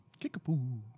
Kickapoo